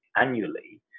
annually